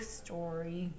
story